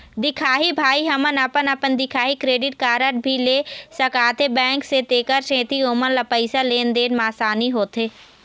दिखाही भाई हमन अपन अपन दिखाही क्रेडिट कारड भी ले सकाथे बैंक से तेकर सेंथी ओमन ला पैसा लेन देन मा आसानी होथे?